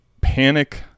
panic